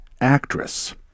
actress